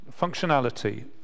functionality